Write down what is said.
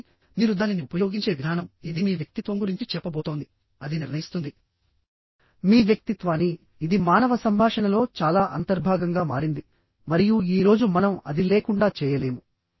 కాబట్టి మీరు దానిని ఉపయోగించే విధానం ఇది మీ వ్యక్తిత్వం గురించి చెప్పబోతోంది అది నిర్ణయిస్తుంది మీ వ్యక్తిత్వాని ఇది మానవ సంభాషణలో చాలా అంతర్భాగంగా మారింది మరియు ఈ రోజు మనం అది లేకుండా చేయలేము